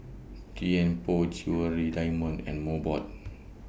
Tianpo Jewellery Diamond and Mobot